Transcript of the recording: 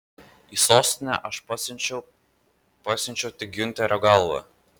į sostinę aš pasiunčiau pasiunčiau tik giunterio galvą